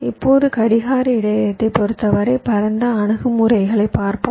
இப்போது கடிகார இடையகத்தைப் பொறுத்தவரை பரந்த அணுகுமுறைகளைப் பார்ப்போம்